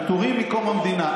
הם פטורים מאז קום המדינה.